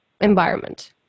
environment